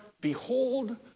Behold